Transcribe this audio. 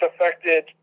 affected